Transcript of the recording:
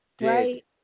Right